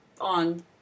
on